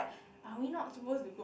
are we not suppose to go